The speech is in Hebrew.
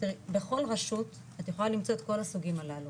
תראי בכל רשות את יכולה למצוא את כל הסוגים הללו,